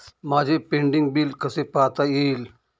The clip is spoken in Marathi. माझे पेंडींग बिल कसे पाहता येईल?